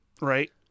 right